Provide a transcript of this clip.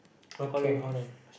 okay